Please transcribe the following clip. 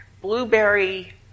blueberry